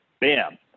bam